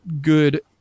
good